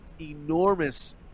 enormous